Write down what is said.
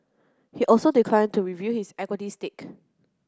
he also declined to reveal his equity stake